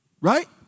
right